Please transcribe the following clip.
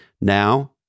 Now